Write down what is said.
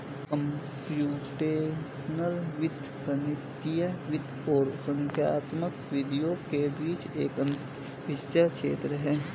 computational वित्त गणितीय वित्त और संख्यात्मक विधियों के बीच एक अंतःविषय क्षेत्र है